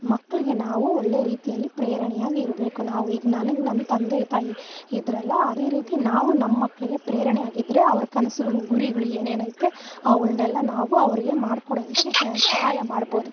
ಮಕ್ಕಳಿಗೆ ನಾವು ಒಳ್ಳೆ ರೀತಿಯಲ್ಲಿ ಪ್ರೇರಣೆಯಾಗಿ ಇರಬೇಕು ನಾವು ಈಗ ನನಗೆ ನನ್ನ ತಂದೆ ತಾಯಿ ಇದ್ರಲ್ಲ ಅದೇ ರೀತಿ ನಾವು ನಮ್ಮಕ್ಳಿಗೆ ಪ್ರೇರಣೆಯಾಗಿದ್ರೆ ಅವ್ರ ಕನಸುಗಳು ಗುರಿಗಳು ಏನೇನೈತೆ ಅವುಗಳ್ನೆಲ್ಲ ನಾವು ಅವರಿಗೆ ಮಾಡ್ಕೊಡೋದಕ್ಕೆ ಸಹಾಯ ಮಾಡ್ಬೋದು